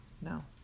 No